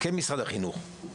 כמשרד החינוך,